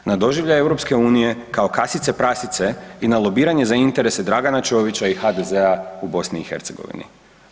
Na doživljaj EU-a kao kasice prasice i na lobiranje za interese Dragan Čovića i HDZ-a u BiH-u.